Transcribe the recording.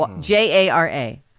J-A-R-A